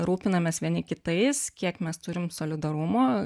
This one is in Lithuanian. rūpinamės vieni kitais kiek mes turim solidarumo